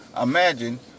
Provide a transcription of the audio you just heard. imagine